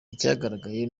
icyagaragaye